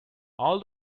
all